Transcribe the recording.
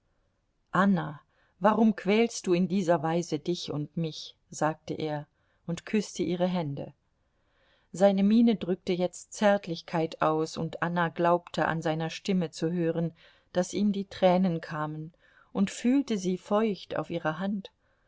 anna warum quälst du in dieser weise dich und mich sagte er und küßte ihre hände seine miene drückte jetzt zärtlichkeit aus und anna glaubte an seiner stimme zu hören daß ihm die tränen kamen und fühlte sie feucht auf ihrer hand